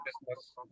business